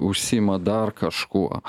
užsiima dar kažkuo